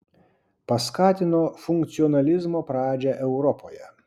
paskatino funkcionalizmo pradžią europoje